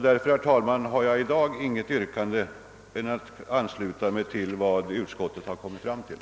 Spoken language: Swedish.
Därför, herr talman, har jag i dag inte något annat yrkande än om bifall till utskottets hemställan.